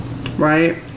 right